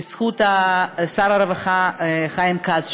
בזכות שר הרווחה חיים כץ,